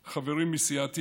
נגד חברים מסיעתי,